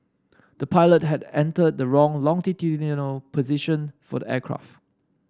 the pilot had entered the wrong longitudinal position for the aircraft